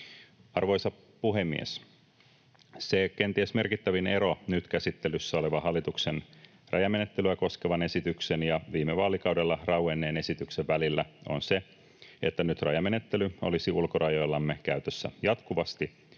Arvoisa puhemies! Se kenties merkittävin ero nyt käsittelyssä olevan hallituksen rajamenettelyä koskevan esityksen ja viime vaalikaudella rauenneen esityksen välillä on se, että nyt rajamenettely olisi ulkorajoillamme käytössä jatkuvasti,